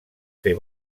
fer